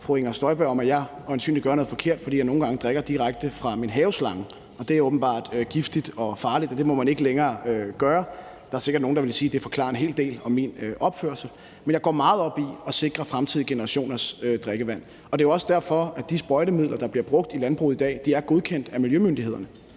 fru Inger Støjberg om, at jeg øjensynlig gør noget forkert, fordi jeg nogle gange drikker direkte fra min haveslange, og det er åbenbart giftigt og farligt, så det må man ikke længere gøre. Der er sikkert nogle, der vil sige, at det forklarer en hel del om min opførsel. Men jeg går meget op i at sikre fremtidige generationers drikkevand. Det er også derfor, at de sprøjtemidler, der bliver brugt i landbruget i dag, er godkendt af miljømyndighederne.